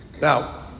Now